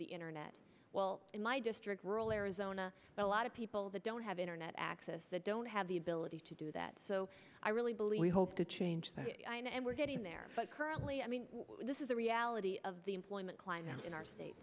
the internet well in my district rural arizona a lot of people that don't have internet access that don't have the ability to do that so i really believe we hope to change that and we're getting there currently i mean this is the reality of the employment climate in our state